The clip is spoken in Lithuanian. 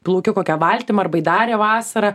plaukiu kokia valtim ar baidare vasarą